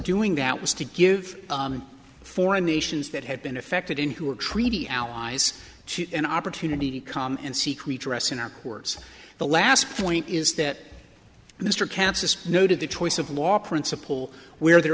doing that was to give foreign nations that have been affected in who are treaty allies an opportunity to come and seek redress in our courts the last point is that mr katz is noted the choice of law principle where there